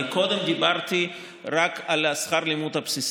אני קודם דיברתי רק על שכר הלימוד הבסיסי.